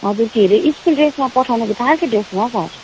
हजुर के अरे स्कुल ड्रेसमा पठाउनु कि फाल्टो ड्रेसमा हौ सर